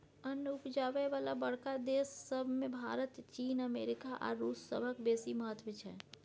अन्न उपजाबय बला बड़का देस सब मे भारत, चीन, अमेरिका आ रूस सभक बेसी महत्व छै